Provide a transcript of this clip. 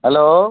hello